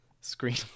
screen